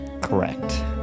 correct